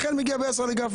לכן אני מגיע בעשר לגפני.